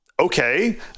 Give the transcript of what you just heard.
okay